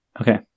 Okay